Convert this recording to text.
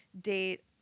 date